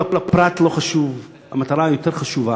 כל פרט לא חשוב, המטרה יותר חשובה.